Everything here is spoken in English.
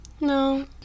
No